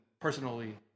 personally